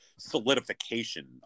solidification